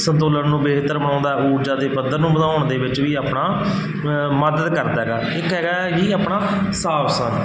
ਸੰਤੁਲਨ ਨੂੰ ਬਿਹਤਰ ਬਣਉਂਦਾ ਊਰਜਾ ਦੇ ਪੱਧਰ ਨੂੰ ਵਧਾਉਣ ਦੇ ਵਿੱਚ ਵੀ ਆਪਣਾ ਮਦਦ ਕਰਦਾ ਹੈਗਾ ਇੱਕ ਹੈਗਾ ਇਹੀ ਆਪਣਾ ਸਾਵ ਆਸਣ